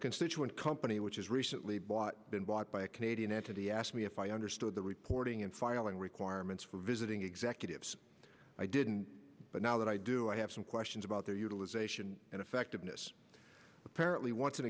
constituent company which is recently bought been bought by a canadian entity ask me if i understood the reporting and filing requirements for visiting executives i didn't but now that i do i have some questions about their utilization and effectiveness apparently